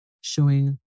showing